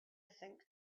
think